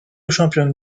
championne